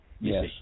Yes